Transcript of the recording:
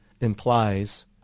implies